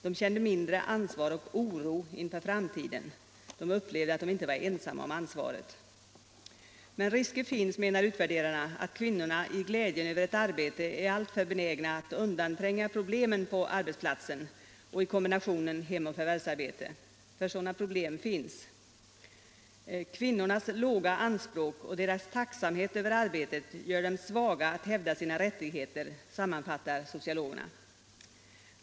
De kände mindre ansvar och oro inför framtiden, de upplevde att de inte var ensamma om ansvaret. Men risker finns, menar utvärderarna, att kvinnorna i glädjen över ett arbete är alltför benägna att undantränga problemen på arbetsplatsen och i kombinationen hem och förvärvsarbete — för sådana problem finns. ”Kvinnornas låga anspråk och deras tacksamhet över arbetet gör dem svaga att hävda sina rättigheter”, sammanfattar sociologerna.